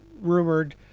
rumored